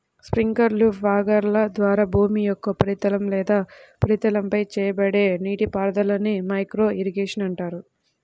స్ప్రింక్లర్లు, ఫాగర్ల ద్వారా భూమి యొక్క ఉపరితలం లేదా ఉపరితలంపై చేయబడే నీటిపారుదలనే మైక్రో ఇరిగేషన్ అంటారు